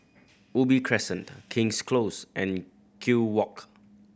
Ubi Crescent King's Close and Kew Walk